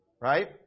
right